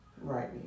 right